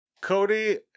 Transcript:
cody